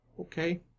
Okay